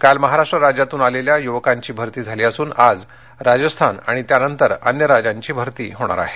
काल महाराष्ट्र राज्यातून आलेल्या युवकांची भरती झाली असून आज राजस्थान आणि त्यानंतर अन्य राज्यांची भरती होणार आहे